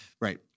right